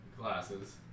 Glasses